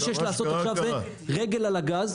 מה שיש לעשות עכשיו זה לשים רגל על הגז,